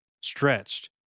stretched